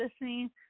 listening